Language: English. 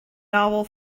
novel